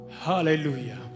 Hallelujah